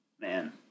Man